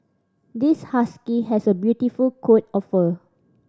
this husky has a beautiful coat of fur